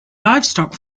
livestock